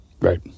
Right